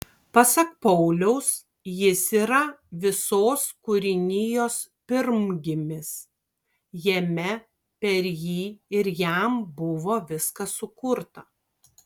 pasak pauliaus jis yra visos kūrinijos pirmgimis jame per jį ir jam buvo viskas sukurta